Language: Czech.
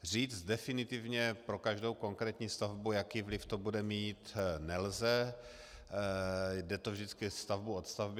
Říct definitivně pro každou konkrétní stavbu, jaký vliv to bude mít, nelze, jde to vždycky stavbu od stavby.